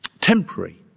temporary